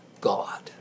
God